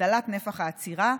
הגדלת נפח האצירה,